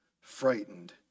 frightened